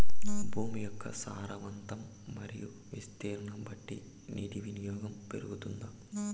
భూమి యొక్క సారవంతం మరియు విస్తీర్ణం బట్టి నీటి వినియోగం పెరుగుతుందా?